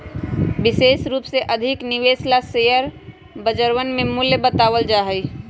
विशेष रूप से अधिक निवेश ला शेयर बजरवन में मूल्य बतावल जा हई